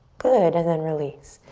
good and then release.